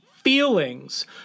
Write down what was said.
feelings